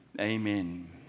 Amen